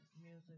music